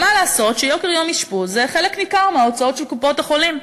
ומה לעשות שיוקר יום אשפוז זה חלק ניכר מההוצאות של קופות-החולים.